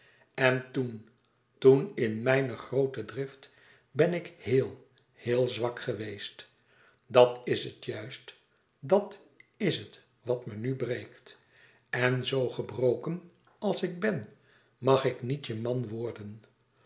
en toen toen in mijne groote drift ben ik heel heel zwak geweest dat is het juist dàt is het wat me nu breekt en zoo gebroken als ik ben mag ik niet je man worden